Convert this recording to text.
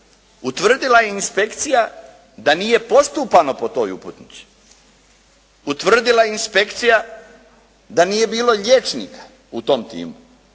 Utvrdila je inspekcija da nije postupao po toj uputnici, utvrdila je inspekcija da nije bilo liječnika u tom timu,